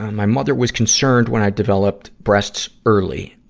my mother was concerned when i developed breasts early,